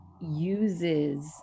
uses